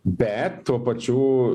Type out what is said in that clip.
bet tuo pačiu